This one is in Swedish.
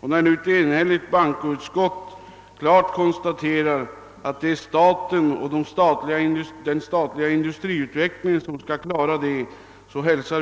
Vi hälsar med tillfredsställelse bankoutskottets enhälliga konstaterande, att det är staten och den statliga industriutvecklingen som skall klara dessa